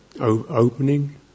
opening